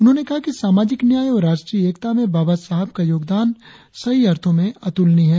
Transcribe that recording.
उन्होंने कहा कि सामाजिक न्याय और राष्ट्रीय एकता में बाबा साहेब का योगदान सही अर्थों में अतुलनीय है